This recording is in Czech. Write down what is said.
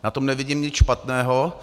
Na tom nevidím nic špatného.